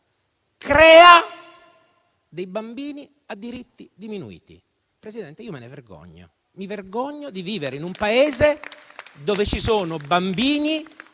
crea dei bambini a diritti diminuiti. Signor Presidente, io me ne vergogno. Mi vergogno di vivere in un Paese dove ci sono bambini